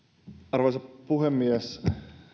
arvoisa puhemies